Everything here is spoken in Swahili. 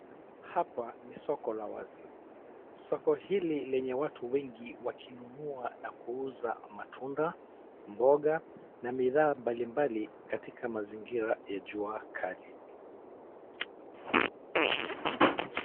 Hapa ni soko la wazi. Soko hili lenye watu wengi wakinunua na kuuza matunda, mboga na bidhaa mbalimbali katika mazingira ya jua kali.